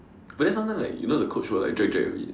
but then sometimes like you know the coach will like drag drag a bit